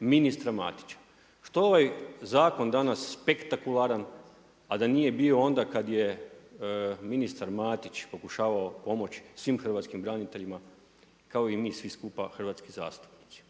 ministra Matića. Što je ovaj zakon danas sekularan, a da nije bio onda kada je ministar Matić pokušavao pomoći svim hrvatskim braniteljima kao mi svi skupa hrvatski zastupnici,